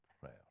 prayer